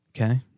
Okay